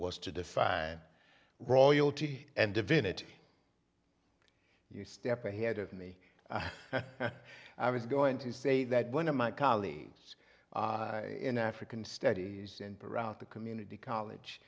was to define royalty and divinity you step ahead of me i was going to say that one of my colleagues in african studies and around the community college